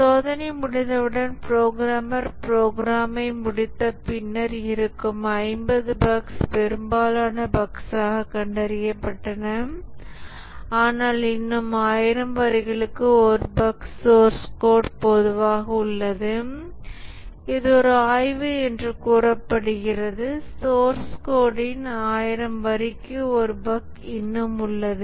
சோதனை முடிந்தவுடன் புரோகிராமர் ப்ரோக்ராமை முடித்த பின்னர் இருக்கும் 50 பஃக்ஸ் பெரும்பாலான பஃக்ஸ் ஆக கண்டறியப்பட்டன ஆனால் இன்னும் 1000 வரிகளுக்கு 1 பஃக் சோர்ஸ் கோட் பொதுவாக உள்ளது இது ஒரு ஆய்வு என்று கூறப்படுகிறது சோர்ஸ் கோட்ன் 1000 வரிக்கு 1 பஃக் இன்னும் உள்ளது